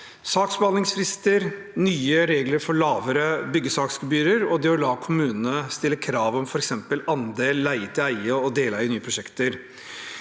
saksbehandlingsfrister, nye regler for lavere byggesaksgebyrer og det å la kommunene stille krav til f.eks. andel leie til eie og deleie i nye prosjekter.